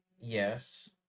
Yes